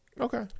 Okay